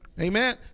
Amen